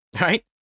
Right